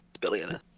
billionaire